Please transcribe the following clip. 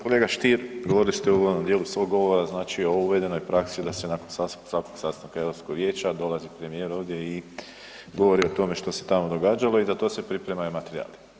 Kolega Stier, govorili ste u onom dijelu svog govora znači o uvedenoj praksi da se nakon svakog sastanka Europskog vijeća dolazi premijer ovdje i govori o tome što se tamo događalo i za to se pripremaju materijali.